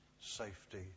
safety